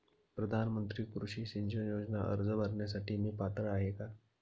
प्रधानमंत्री कृषी सिंचन योजना अर्ज भरण्यासाठी मी पात्र आहे का?